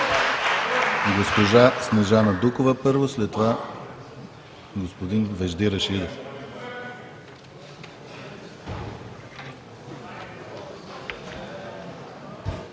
Госпожа Снежана Дукова – първо, след това господин Вежди Рашидов.